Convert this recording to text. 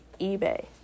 eBay